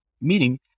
meaning